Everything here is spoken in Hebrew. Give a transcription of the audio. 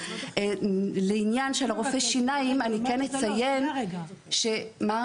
לעניין רופאי השיניים אני כן אציין שהתמחות